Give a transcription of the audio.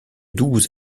douze